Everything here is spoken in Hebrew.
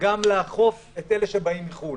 וגם לאכוף את אלה שבאים מחו"ל.